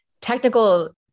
Technical